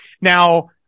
Now –